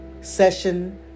session